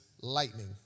lightning